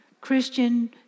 Christian